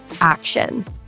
action